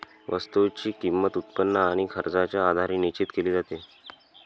वस्तूची किंमत, उत्पन्न आणि खर्चाच्या आधारे निश्चित केली जाते